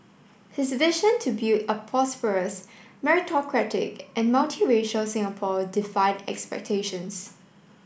his vision to build a prosperous meritocratic and multiracial Singapore defied expectations